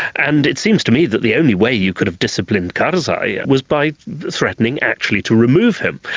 and it seems to me that the only way you could have disciplined karzai was by threatening actually to remove him.